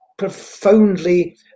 profoundly